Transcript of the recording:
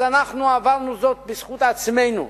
אז אנחנו עברנו זאת בזכות עצמנו.